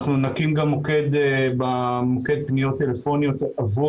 אנחנו נקים גם מוקד במוקד פניות טלפוניות עבור